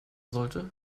sollte